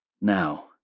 Now